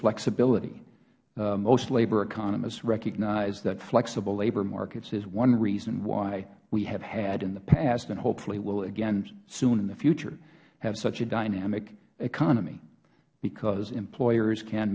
flexibility most labor economists recognize that flexible labor markets is one reason why we have had in the past and hopefully will again soon in the future such a dynamic economy because employers can